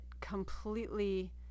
completely